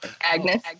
Agnes